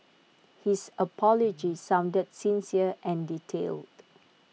his apology sounded sincere and detailed